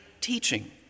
teaching